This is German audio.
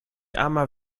armer